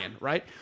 right